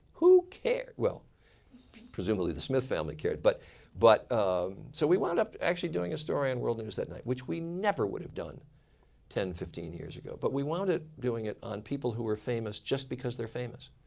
who care well presumably the smith family cared. but but um so we wound up actually doing a story on world news that night, which we never would have done ten, fifteen years ago. but we wound up doing it on people who are famous just because they're famous.